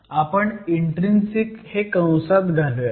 आपण इन्ट्रीन्सिक हे कंसात घालूयात